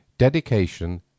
Dedication